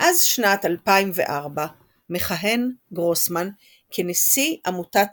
מאז שנת 2004 מכהן גרוסמן כנשיא עמותת